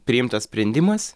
priimtas sprendimas